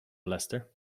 leicester